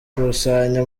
gukusanya